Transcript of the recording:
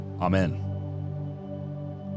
Amen